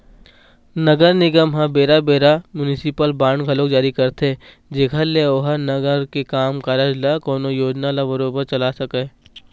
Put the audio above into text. नगर निगम ह बेरा बेरा म्युनिसिपल बांड घलोक जारी करथे जेखर ले ओहा नगर के काम कारज ल कोनो योजना ल बरोबर चला सकय